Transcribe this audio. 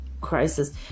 crisis